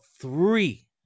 three